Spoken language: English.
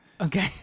Okay